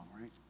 right